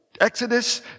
Exodus